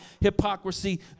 hypocrisy